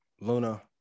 Luna